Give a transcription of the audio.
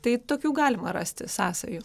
tai tokių galima rasti sąsajų